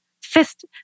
fist